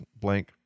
blank